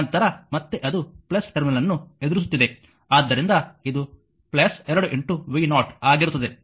ನಂತರ ಮತ್ತೆ ಅದು ಟರ್ಮಿನಲ್ ಅನ್ನು ಎದುರಿಸುತ್ತಿದೆ ಆದ್ದರಿಂದ ಇದು 2 v0 ಆಗಿರುತ್ತದೆ